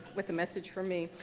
with a message from me,